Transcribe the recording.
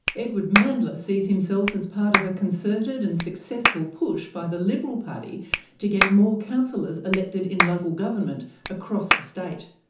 edward mandla sees himself as part of a concerted and successful push by the liberal party to get more councillors elected in local government across the state.